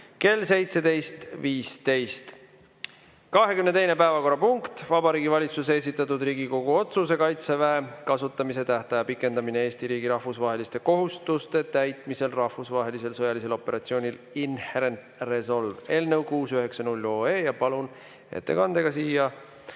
kell 17.15. 22. päevakorrapunkt on Vabariigi Valitsuse esitatud Riigikogu otsuse "Kaitseväe kasutamise tähtaja pikendamine Eesti riigi rahvusvaheliste kohustuste täitmisel rahvusvahelisel sõjalisel operatsioonil Inherent Resolve" eelnõu 690 [esimene lugemine]. Palun ettekandega siia